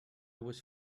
was